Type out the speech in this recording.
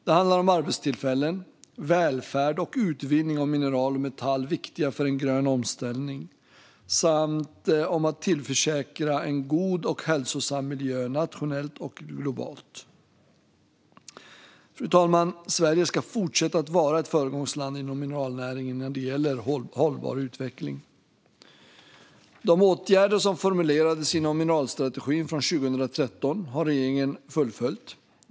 Det handlar om arbetstillfällen, välfärd och utvinning av mineral och metall viktiga för en grön omställning samt om att tillförsäkra en god och hälsosam miljö, nationellt och globalt. Fru talman! Sverige ska fortsätta att vara ett föregångsland inom mineralnäringen när det gäller hållbar utveckling. De åtgärder som formulerades inom mineralstrategin från 2013 har regeringen fullföljt.